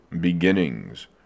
beginnings